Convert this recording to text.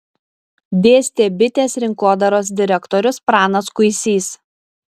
dėstė bitės rinkodaros direktorius pranas kuisys